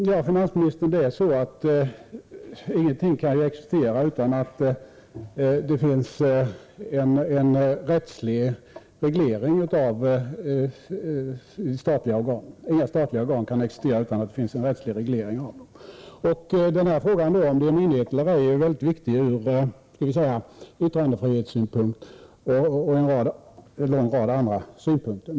Herr talman! Ja, finansministern, det är så att inga statliga organ kan existera utan att det finns en rättslig reglering av dem. Frågan om löntagarfonderna är myndigheter eller ej är väldigt viktig ur yttrandefrihetssynpunkt och ur en lång rad andra synpunkter.